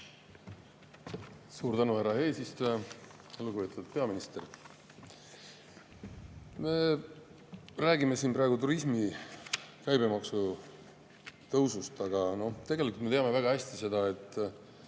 Suur tänu, härra eesistuja! Lugupeetud peaminister! Me räägime siin praegu turismi[sektori] käibemaksu tõusust, aga tegelikult me teame väga hästi seda, et